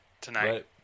tonight